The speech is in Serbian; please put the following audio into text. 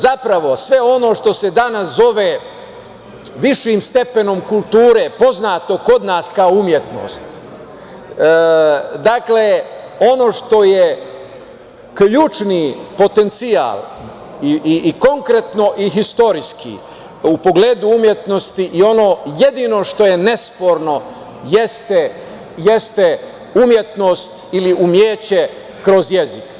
Zapravo, sve ono što se danas zove višim stepenom kulture, poznato kod nas kao umetnost, dakle ono što je ključni potencijal i konkretno i istorijski u pogledu umetnosti i ono jedino što je nesporno jeste umetnost ili umeće kroz jezik.